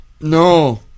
No